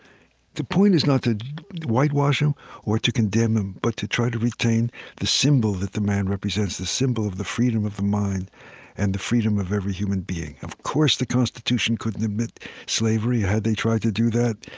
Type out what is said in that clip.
the point is not to whitewash him or to condemn him, but to try to retain the symbol that the man represents, the symbol of the freedom of the mind and the freedom of every human being of course, the constitution couldn't omit slavery. had they tried to do that,